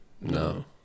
No